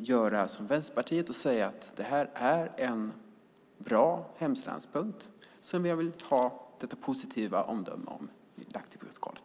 göra som Vänsterpartiet och säga att det här är en bra hemställanspunkt som jag vill ha mitt positiva omdöme om till protokollet.